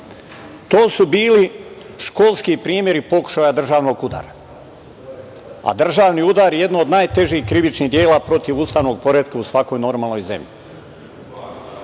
To su bili školski primeri pokušaja državnog udara. Državni udar je jedno od najtežih krivičnih dela protiv ustavnog poretka u svakoj normalnoj zemlji.